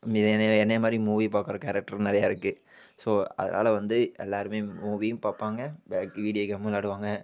மீதி என்னையை மாதிரி மூவி பார்க்குற கேரக்ட்ரு நிறையா இருக்குது ஸோ அதனால வந்து எல்லோருமே மூவியும் பார்ப்பாங்க பேக் வீடியோ கேமும் விளாயாடுவாங்க